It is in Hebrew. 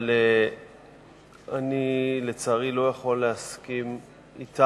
אבל לצערי אני לא יכול להסכים אתה.